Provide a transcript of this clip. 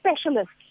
specialists